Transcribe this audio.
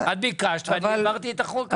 אני העברתי את החוק הזה.